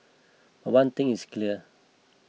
but one thing is clear